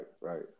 right